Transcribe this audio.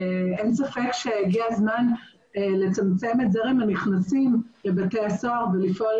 אין ספק שהגיע הזמן לצמצם את זרם הנכנסים לבתי הסוהר ולפעול